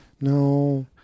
no